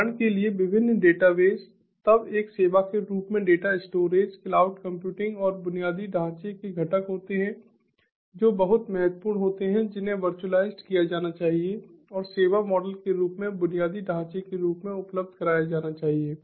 उदाहरण के लिए विभिन्न डेटाबेस तब एक सेवा के रूप में डेटा स्टोरेज क्लाउड कंप्यूटिंग और बुनियादी ढांचे के घटक होते हैं जो बहुत महत्वपूर्ण होते हैं जिन्हें वर्चुअलाइज्ड किया जाना चाहिए और सेवा मॉडल के रूप में बुनियादी ढांचे के रूप में उपलब्ध कराया जाना चाहिए